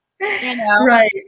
Right